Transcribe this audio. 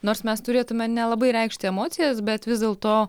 nors mes turėtume nelabai reikšti emocijas bet vis dėlto